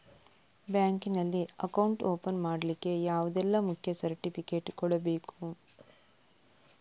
Bank ನಲ್ಲಿ account open ಮಾಡ್ಲಿಕ್ಕೆ ಯಾವುದೆಲ್ಲ ಮುಖ್ಯ ಸರ್ಟಿಫಿಕೇಟ್ ಕೊಡ್ಬೇಕು?